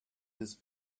this